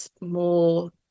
more